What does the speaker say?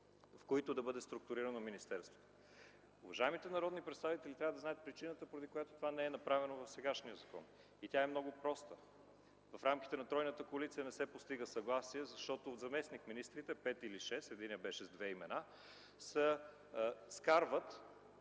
в които да бъде структурирано министерството. Уважаемите народни представители трябва да знаят причината, поради която това не е направено в сегашния закон, и тя е много проста. В рамките на тройната коалиция не се постига съгласие, защото заместник-министрите, пет или шест, единият беше с две имена, се скарват